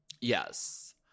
Yes